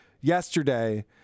yesterday